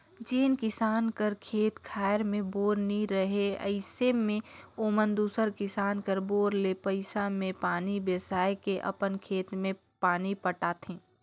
जेन किसान कर खेत खाएर मे बोर नी रहें अइसे मे ओमन दूसर किसान कर बोर ले पइसा मे पानी बेसाए के अपन खेत मे पानी पटाथे